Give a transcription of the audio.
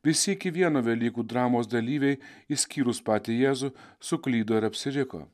visi iki vieno velykų dramos dalyviai išskyrus patį jėzų suklydo ir apsiriko